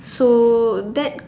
so that